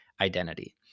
identity